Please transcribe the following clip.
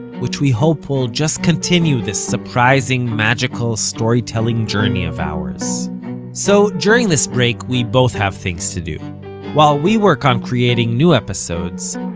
which we hope will just continue this surprising, magical storytelling journey of ours so during this break, we both have things to do while we work on creating new episodes,